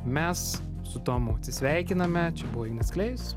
mes su tomu atsisveikiname čia buvo ignas klėjus